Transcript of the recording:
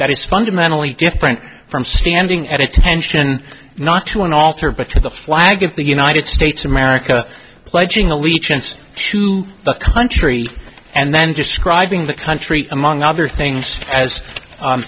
that is fundamentally different from standing at attention not to an altar but to the flag of the united states of america pledging allegiance to the country and then describing the country among other things as